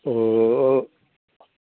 ഓ ഓ